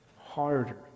harder